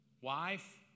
Wife